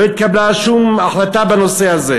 לא התקבלה שום החלטה בנושא הזה.